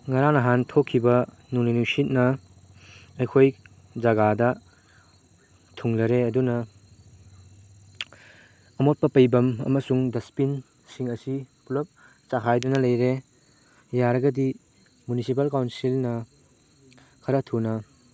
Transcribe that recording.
ꯉꯔꯥꯡ ꯅꯍꯥꯟ ꯊꯣꯛꯈꯤꯕ ꯅꯣꯡꯂꯩ ꯅꯨꯡꯁꯤꯠꯅ ꯑꯩꯈꯣꯏ ꯖꯒꯥꯗ ꯊꯨꯡꯂꯔꯦ ꯑꯗꯨꯅ ꯑꯃꯣꯠꯄ ꯄꯩꯐꯝ ꯑꯃꯁꯨꯡ ꯗꯁꯕꯤꯟꯁꯤꯡ ꯑꯁꯤ ꯄꯨꯜꯂꯞ ꯆꯈꯥꯏꯗꯨꯅ ꯂꯩꯔꯦ ꯌꯥꯔꯒꯗꯤ ꯃꯨꯅꯤꯁꯤꯄꯥꯜ ꯀꯥꯎꯟꯁꯤꯜꯅ ꯈꯔ ꯊꯨꯅ